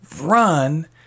run